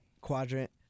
quadrant